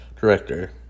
director